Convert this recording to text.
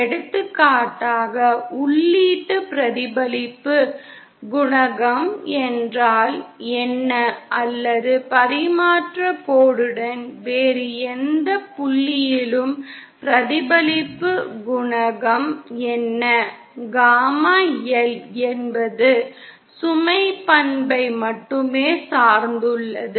எடுத்துக்காட்டாக உள்ளீட்டு பிரதிபலிப்பு குணகம் என்றால் என்ன அல்லது பரிமாற்றக் கோடுடன் வேறு எந்தப் புள்ளியிலும் பிரதிபலிப்பு குணகம் என்ன காமா L என்பது சுமை பண்பை மட்டுமே சார்ந்துள்ளது